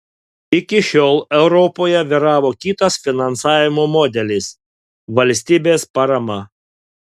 iki šiol europoje vyravo kitas finansavimo modelis valstybės parama